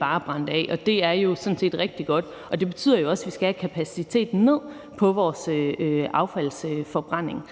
bare at brænde det af. Det er jo sådan set rigtig godt, og det betyder også, at vi skal have kapaciteten ned på vores affaldsforbrænding.